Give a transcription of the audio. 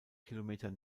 kilometer